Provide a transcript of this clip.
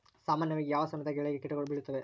ಸಾಮಾನ್ಯವಾಗಿ ಯಾವ ಸಮಯದಾಗ ಬೆಳೆಗೆ ಕೇಟಗಳು ಬೇಳುತ್ತವೆ?